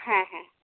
হ্যাঁ হ্যাঁ